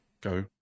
Go